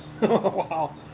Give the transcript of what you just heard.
Wow